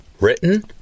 Written